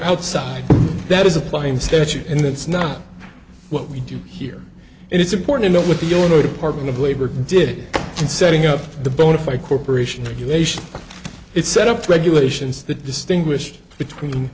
outside that is applying statute and that's not what we do here and it's important to know what the illinois department of labor did in setting up the bona fide corporation regulation it set up regulations that distinguish between